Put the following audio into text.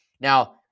Now